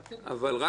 אבל לא מורחב.